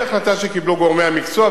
היא החלטה שקיבלו גורמי המקצוע,